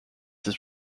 his